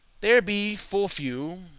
there be full few,